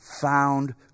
found